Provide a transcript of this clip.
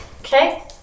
Okay